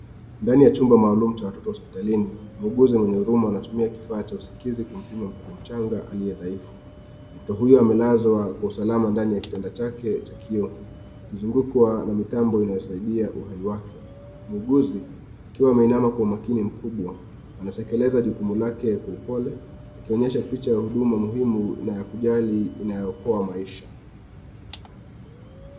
Ndani ya chumba maalum cha watoto hospitalini, muuguzi mwenye huruma anatumia kifaa cha usikizi kumpima mtoto mchanga aliyedhaifu. Mtoto huyo amelazwa kwa usalama ndani ya kitanda chake ha kio, akizugukwa na mitambo inayosaidia uhai wake. Muuguzi akiwa ameinama kwa umakini mkubwa, anatekeleza jukumu lake kwa upole, akionyesha picha ya huduma muhimu na ya kujali inayo okoa maisha.